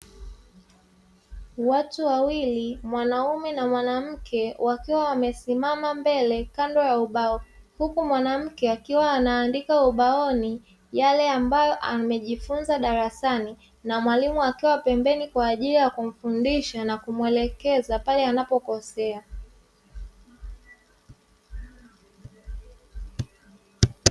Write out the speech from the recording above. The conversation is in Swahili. Watu wawili; mwanaume na mwanamke, wakiwa wamesimama mbele kando ya ubao, huku mwanamke akiwa anaandika ubaoni yale ambayo amejifunza darasani na mwalimu akiwa pembeni kwa ajili ya kumfundisha na kumwelekeza pale anapokosea.